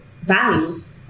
values